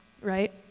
right